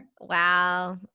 Wow